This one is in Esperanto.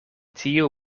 tiu